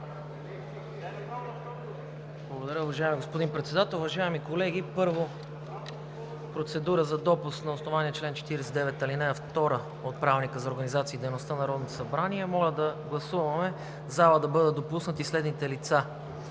Благодаря, уважаеми господин Председател. Уважаеми колеги, първо, процедура за допуск на основание чл. 49, ал. 2 от Правилника за организацията и дейността на Народното събрание. Моля да гласуваме в залата да бъдат допуснати следните лица: